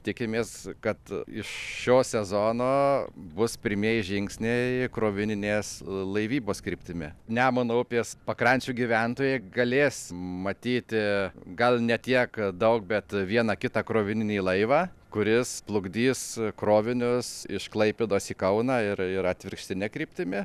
tikimės kad iš šio sezono bus pirmieji žingsniai krovininės laivybos kryptimi nemuno upės pakrančių gyventojai galės matyti gal ne tiek daug bet vieną kitą krovininį laivą kuris plukdys krovinius iš klaipėdos į kauną ir ir atvirkštine kryptimi